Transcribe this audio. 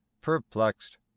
perplexed